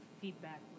feedback